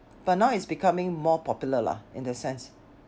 but now it's becoming more popular lah in the sense